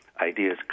ideas